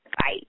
Bye